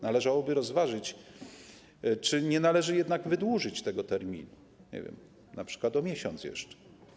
Należałoby rozważyć, czy nie należy jednak wydłużyć tego terminu, np. o miesiąc jeszcze.